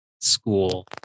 school